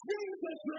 Jesus